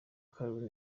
karen